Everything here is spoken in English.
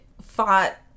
fought